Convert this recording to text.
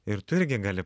ir tu irgi gali